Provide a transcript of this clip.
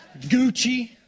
Gucci